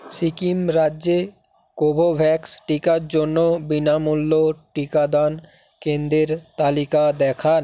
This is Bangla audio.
সিকিম রাজ্যে কোভোভ্যাক্স টিকার জন্য বিনামূল্য টিকাদান কেন্দ্রের তালিকা দেখান